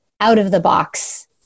out-of-the-box